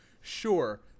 Sure